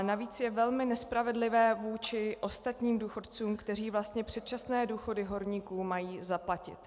Navíc je velmi nespravedlivé vůči ostatním důchodcům, kteří vlastně předčasné důchody horníků mají zaplatit.